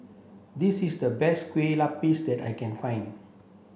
this is the best Kue Lupis that I can find